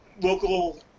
local